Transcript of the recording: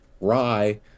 Rye